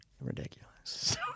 ridiculous